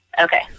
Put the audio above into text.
Okay